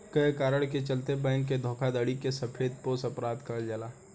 कए कारण के चलते बैंक के धोखाधड़ी के सफेदपोश अपराध कहल जाला